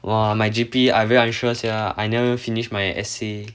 !wah! my G_P I very unsure sian I never even finish my essay